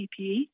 PPE